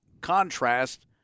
contrast